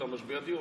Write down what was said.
את משבר הדיור,